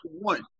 one